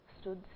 stood